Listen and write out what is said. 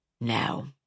Now